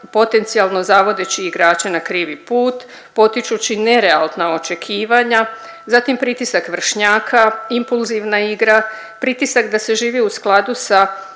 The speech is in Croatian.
potencijalno zavodeći igrače na krivi put potičući nerealna očekivanja, zatim pritisak vršnjaka, impulzivna igra, pritisak da se živi u skladu sa